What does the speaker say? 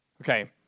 okay